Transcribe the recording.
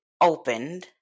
opened